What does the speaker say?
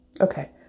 Okay